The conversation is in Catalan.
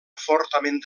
fortament